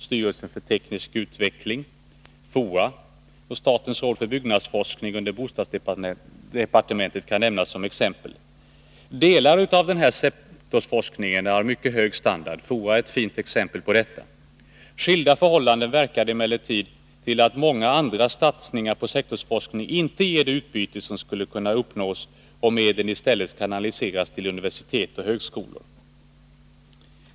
Styrelsen för teknisk utveckling, FOA, och statens råd för byggnadsforskning under bostadsdepartementet kan nämnas som exempel. Delar av sektorsforskningen är av mycket hög standard — FOA äär ett fint exempel på detta. Skilda förhållanden medverkar emellertid till att många andra satsningar på sektorsforskning inte ger det utbyte som skulle kunna uppnås, om medlen i stället kanaliseras till universitet och högskolor.